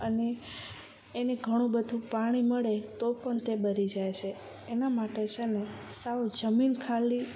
અને એને ઘણું બધું પાણી મળે તો પણ તે બળી જાય છે એના માટે છે ને સાવ જમીન ખાલી